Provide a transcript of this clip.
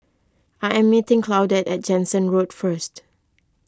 I am meeting Claudette at Jansen Road first